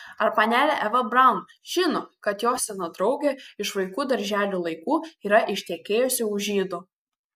ar panelė eva braun žino kad jos sena draugė iš vaikų darželio laikų yra ištekėjusi už žydo